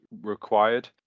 required